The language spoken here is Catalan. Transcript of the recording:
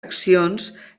accions